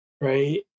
right